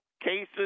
cases